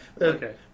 okay